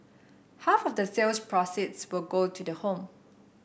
half of the sales proceeds will go to the home